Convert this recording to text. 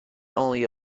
only